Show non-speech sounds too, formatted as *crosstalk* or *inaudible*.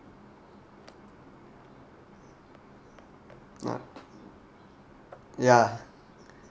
*noise* yeah